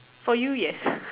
for you yes